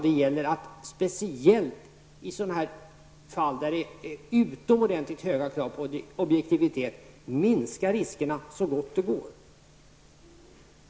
Det gäller, speciellt i sådana fall där det ställs utomordentligt höga krav på objektivitet, att minska riskerna så gott det går.